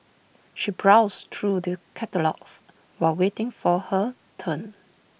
she browsed through the catalogues while waiting for her turn